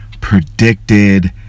predicted